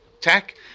Tech